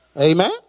Amen